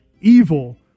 evil